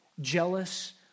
jealous